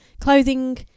clothing